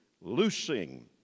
loosing